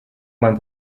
mein